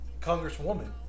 congresswoman